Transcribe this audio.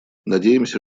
надеемся